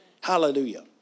Hallelujah